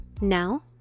Now